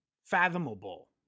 Fathomable